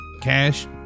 cash